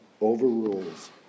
overrules